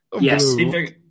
Yes